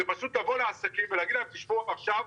זה פשוט לבוא לעסקים ולהגיד להם: תשמעו עכשיו,